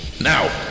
Now